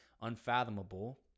unfathomable